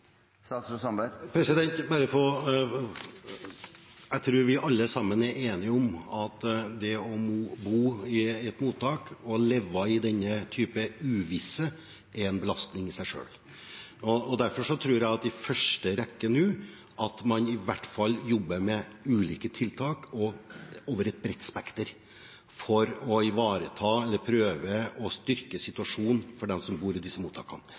Jeg tror vi alle sammen er enige om at det å bo i et mottak og leve i denne typen uvisse er en belastning i seg selv. Derfor tror jeg at man i første rekke nå må jobbe med ulike tiltak over et bredt spekter for å prøve å styrke situasjonen for dem som bor i disse mottakene.